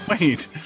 Wait